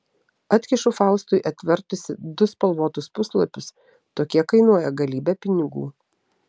atkišu faustui atvertusi du spalvotus puslapius tokie kainuoja galybę pinigų